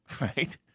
Right